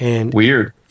Weird